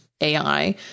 AI